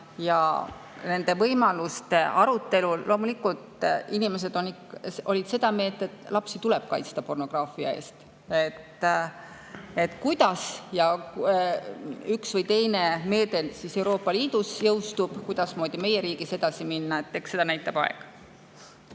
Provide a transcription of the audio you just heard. Nende võimaluste arutelul olid inimesed loomulikult seda meelt, et lapsi tuleb kaitsta pornograafia eest. Kuidas üks või teine meede Euroopa Liidus jõustub, kuidasmoodi meie riigis edasi minna, eks seda näitab aeg.